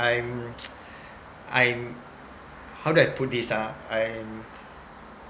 I'm I'm how do I put this ah I'm